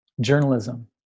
journalism